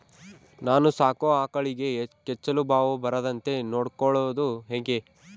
ನಾನು ಸಾಕೋ ಆಕಳಿಗೆ ಕೆಚ್ಚಲುಬಾವು ಬರದಂತೆ ನೊಡ್ಕೊಳೋದು ಹೇಗೆ?